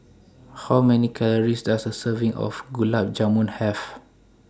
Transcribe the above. How Many Calories Does A Serving of Gulab Jamun Have